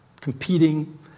competing